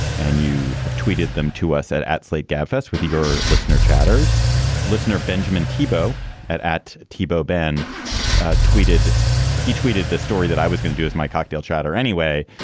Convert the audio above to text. and you have tweeted them to us at at slate gabfests with your listener chatters listener benjamin thibeault at at thibeault. ben tweeted he tweeted the story that i was going to do with my cocktail chatter anyway,